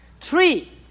Three